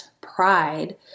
pride